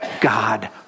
God